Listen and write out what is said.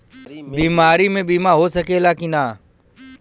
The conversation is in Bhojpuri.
बीमारी मे बीमा हो सकेला कि ना?